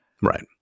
Right